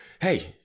hey